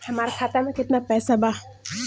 हमार खाता मे केतना पैसा बा?